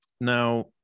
Now